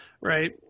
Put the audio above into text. right